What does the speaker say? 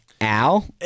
Al